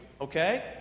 okay